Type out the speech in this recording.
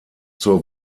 zur